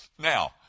Now